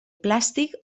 plàstic